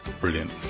brilliant